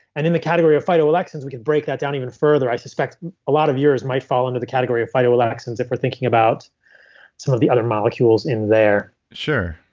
and in the category of phytoalexins, we can break that down even further. i suspect a lot of years, it might fall into the category of phytoalexins if we're thinking about some of the other molecules in there sure.